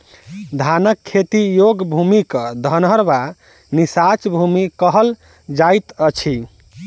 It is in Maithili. धानक खेती योग्य भूमि क धनहर वा नीचाँस भूमि कहल जाइत अछि